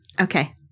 okay